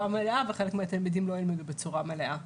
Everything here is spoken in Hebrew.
מלאה וחלק מהתלמידים לא ילמדו בצורה מלאה.